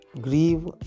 grieve